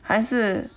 还是